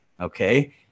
okay